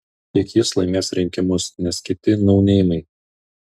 tik jis laimės rinkimus nes kiti nauneimai